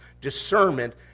discernment